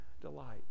delight